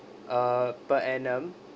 uh per annum